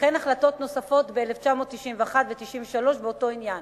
וכן החלטות נוספות ב-1991 וב-1993 באותו עניין.